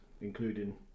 including